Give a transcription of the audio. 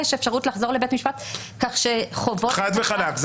חד וחלק.